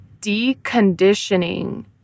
deconditioning